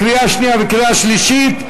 קריאה שנייה וקריאה שלישית.